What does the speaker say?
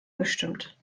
gestimmt